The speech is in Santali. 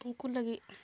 ᱩᱱᱠᱩ ᱞᱟᱹᱜᱤᱫ